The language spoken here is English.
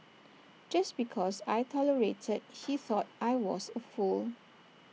just because I tolerated he thought I was A fool